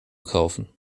kaufen